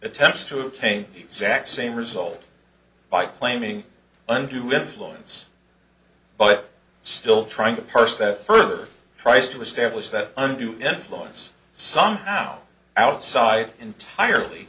attempts to obtain the exact same result by claiming undue influence but still trying to parse that further tries to establish that undue influence some now outside entirely